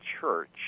Church